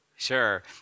Sure